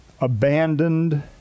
abandoned